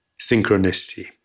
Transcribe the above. synchronicity